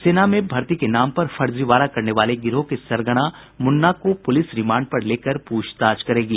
सेना में भर्ती के नाम पर फर्जीवाड़ा करने वाले गिरोह के सरगना मुन्ना को पुलिस रिमांड पर लेकर पूछताछ करेगी